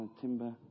Timber